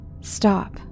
Stop